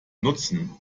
nutzen